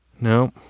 No